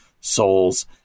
souls